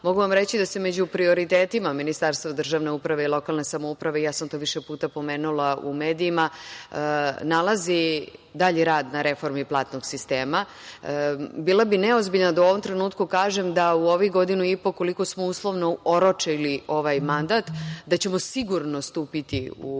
mogu vam reći da se među prioritetima Ministarstva za državnu upravu i lokalnu samoupravu, ja sam to više puta pomenula u medijima, nalazi dalji rad na reformi platnog sistema. Bila bih neozbiljna da u ovom trenutku kažem da u ovih godinu i po, koliko smo uslovno oročili ovaj mandat, da ćemo sigurno stupiti u